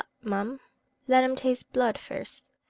mun let em taste bloode first!